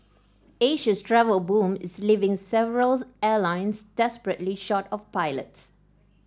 Asia's travel boom is leaving several airlines desperately short of pilots